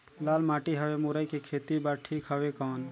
लाल माटी हवे मुरई के खेती बार ठीक हवे कौन?